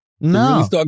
No